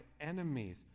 enemies